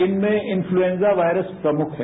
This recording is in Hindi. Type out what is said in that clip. इनमें इन्फ्लुएजा वायरस प्रमुख है